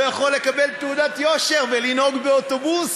לא יכול לקבל תעודת יושר ולנהוג באוטובוס.